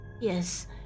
Yes